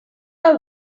our